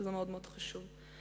שזה מאוד-מאוד חשוב.